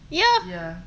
ya